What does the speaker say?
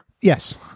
Yes